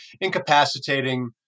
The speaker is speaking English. incapacitating